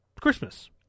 Christmas